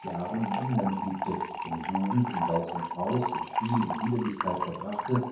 jahren in england lebte seine jugend in saus und braus in spiel und liederlichkeit verbrachte